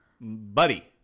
Buddy